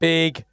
Big